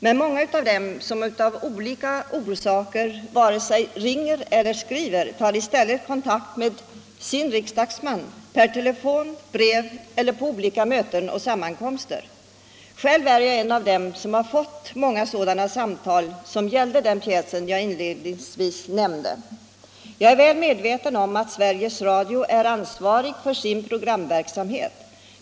Men en hel del av dem som av olika orsaker varken ringer eller skriver till Sveriges Radio eller tidningarna vänder sig till ”sin riksdagsman” per telefon eller brev eller på olika möten och sammankomster. Själv är jag en av dem som har fått många samtal om den pjäs som jag här inledningsvis nämnde. Jag är väl medveten om att Sveriges Radio är ansvarig för sin programverksamhet.